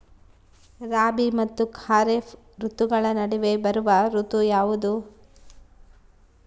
ರಾಬಿ ಮತ್ತು ಖಾರೇಫ್ ಋತುಗಳ ನಡುವೆ ಬರುವ ಋತು ಯಾವುದು?